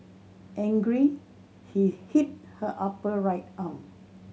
angry he hit her upper right arm